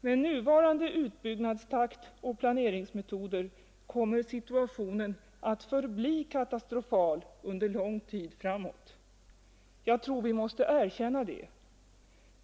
Med nuvarande utbyggnadstakt och planeringsmetoder kommer situationen att förbli katastrofal under lång tid framåt. Jag tror vi måste erkänna det.